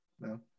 No